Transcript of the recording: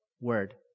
word